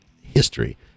history